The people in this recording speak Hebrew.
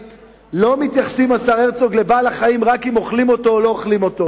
רק אם אוכלים אותו או לא אוכלים אותו.